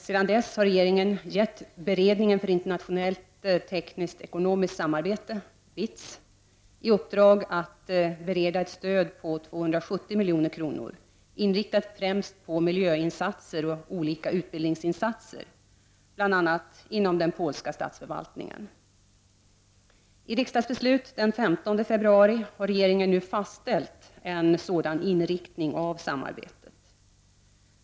Sedan dess har regeringen gett beredningen för internationellt tekniskt-ekonomiskt samarbete i uppdrag att bereda ett stöd på 270 milj.kr. inriktat främst på miljöinsatser och olika utbildningsinsatser, bl.a. inom den polska statsförvaltningen. I regeringsbeslut den 15 februari har regeringen nu fastställt en sådan inriktning på samarbetet.